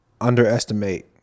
Underestimate